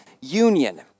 union